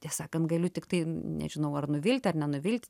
tiesą sakant galiu tiktai nežinau ar nuvilt ar nenuvilt